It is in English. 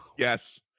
Yes